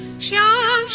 shot